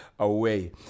away